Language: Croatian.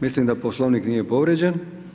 Mislim da Poslovnik nije povrijeđen.